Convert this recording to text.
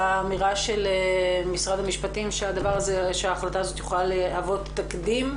לגבי האמירה של משרד הפנים שההחלטה הזאת יכולה להוות תקדים.